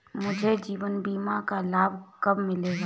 मुझे जीवन बीमा का लाभ कब मिलेगा?